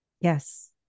Yes